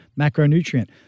macronutrient